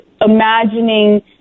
imagining